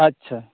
ᱟᱪᱪᱷᱟ